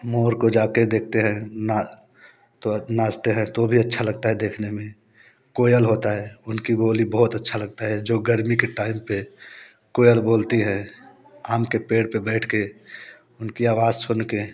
मोर को जा कर देखते हैं न तो नाचते हैं तो भी अच्छा लगता है देखने में कोयल होता है उनकी बोली बहुत अच्छा लगता है जो गर्मी के टाईम पर कोयल बोलती है आम के पेड़ पर बैठ कर उनकी आवाज़ सुन कर